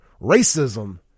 racism